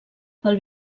pel